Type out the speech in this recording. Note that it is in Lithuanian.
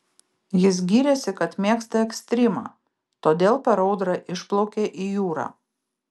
jis gyrėsi kad mėgsta ekstrymą todėl per audrą išplaukė į jūrą